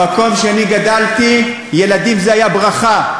במקום שאני גדלתי, ילדים זה היה ברכה.